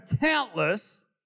countless